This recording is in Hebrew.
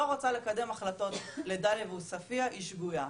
רוצה לקדם החלטות לדאליה ועוספיה היא שגויה.